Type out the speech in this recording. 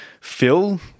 Phil